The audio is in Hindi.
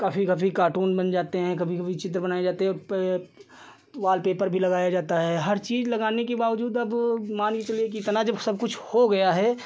कभी कभी कार्टून बन जाते हैं कभी कभी चित्र बनाए जाते हैं तो यह वॉल पेपर भी लगाया जाता है हर चीज़ लगाने के बावजूद अब मानकर चलिए कि इतना जब सबकुछ हो गया है